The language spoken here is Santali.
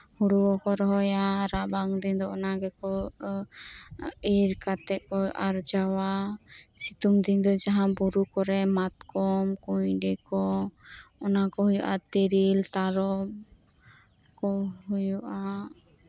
ᱦᱳᱲᱳ ᱠᱚᱠᱚ ᱨᱚᱦᱚᱭᱟ ᱨᱟᱵᱟᱝ ᱫᱤᱱ ᱫᱚ ᱚᱱᱟᱜᱮᱠᱚ ᱤᱨ ᱠᱟᱛᱮ ᱠᱚ ᱟᱨᱡᱟᱣᱟ ᱥᱤᱛᱩᱝ ᱫᱤᱱ ᱫᱚ ᱵᱩᱨᱩ ᱠᱚᱨᱮᱜ ᱢᱟᱛᱠᱚᱢ ᱠᱩᱭᱰᱤ ᱠᱚ ᱚᱱᱟᱠᱚ ᱦᱩᱭᱩᱜᱼᱟ ᱛᱤᱨᱤᱞ ᱛᱟᱨᱚᱵᱽ ᱠᱚ ᱦᱩᱭᱩᱜᱼᱟ